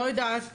לא יודעת ממתי,